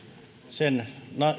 sen